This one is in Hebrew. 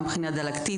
גם מבחינה דלקתית.